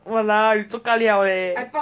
!walao! you zuo ka liao leh